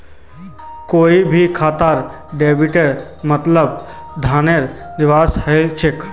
कोई भी खातात डेबिटेर मतलब धनेर निकासी हल छेक